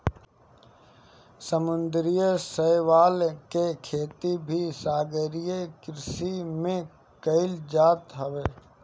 समुंदरी शैवाल के खेती भी सागरीय कृषि में कईल जात हवे